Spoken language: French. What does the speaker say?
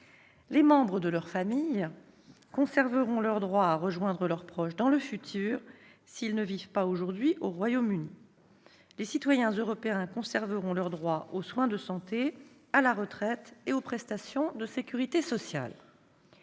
Les membres de leurs familles conserveront leur droit à rejoindre leurs proches dans le futur, s'ils ne vivent pas aujourd'hui déjà au Royaume-Uni. Les citoyens européens conserveront leur droit aux soins de santé, à la retraite et aux prestations de sécurité sociale.